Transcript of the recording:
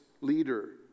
leader